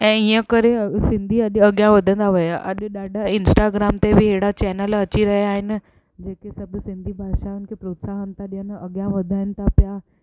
ऐं ईअं अॻु सिंधी अॾु अॻियां वधंदा विया अॾु ॾाढा इंस्टाग्राम ते बि अहिड़ा चैनल अची रहिया आहिनि जेके सभु सिंधी भाषाऊनि खे प्रोत्साहन ता ॾियनि अॻियां वधाइनि था पिया